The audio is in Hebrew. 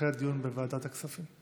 אחרי ישיבת ועדת הכספים.